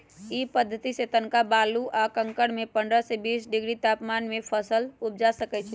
इ पद्धतिसे तनका बालू आ कंकरमें पंडह से बीस डिग्री तापमान में फसल उपजा सकइछि